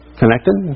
connected